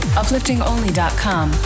upliftingonly.com